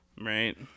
Right